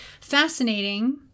fascinating